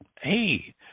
hey